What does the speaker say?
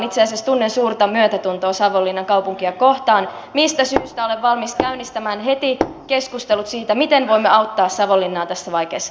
itse asiassa tunnen suurta myötätuntoa savonlinnan kaupunkia kohtaan mistä syystä olen valmis käynnistämään heti keskustelut siitä miten voimme auttaa savonlinnaa tässä vaikeassa tilanteessa